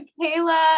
Kayla